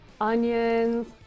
onions